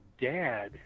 dad